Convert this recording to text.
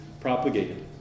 propagated